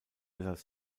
las